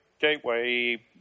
gateway